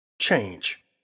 change